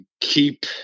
keep